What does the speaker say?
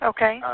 Okay